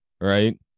Right